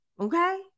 Okay